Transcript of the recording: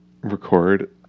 record